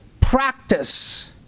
practice